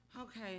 Okay